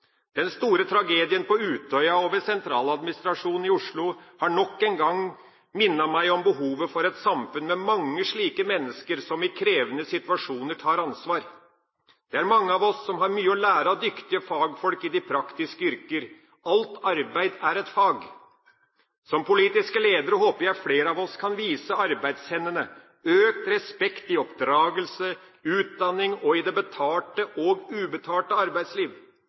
Den store tragedien på Utøya og ved sentraladministrasjonen i Oslo har nok en gang minnet meg om behovet for et samfunn med mange slike mennesker som i krevende situasjoner tar ansvar. Det er mange av oss som har mye å lære av dyktige fagfolk i de praktiske yrker. Alt arbeid er et fag. Som politiske ledere håper jeg flere av oss kan vise arbeidshendene økt respekt i oppdragelse, utdanning og i det betalte og ubetalte arbeidsliv.